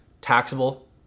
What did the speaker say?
taxable